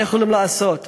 מה יכולים לעשות?